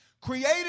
Created